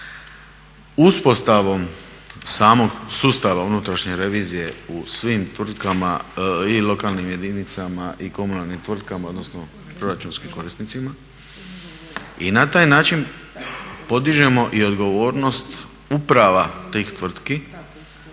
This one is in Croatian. uspostavom samog sustava unutrašnje revizije u svim tvrtkama i lokalnim jedinicama i komunalnim tvrtkama odnosno proračunskim korisnicima i na taj način podižemo i odgovornost uprava tih tvrtki